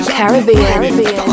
Caribbean